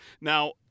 now